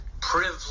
privilege